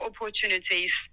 opportunities